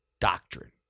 doctrine